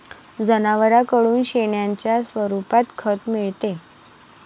जनावरांकडून शेणाच्या स्वरूपात खत मिळते